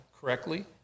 correctly